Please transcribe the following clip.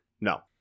No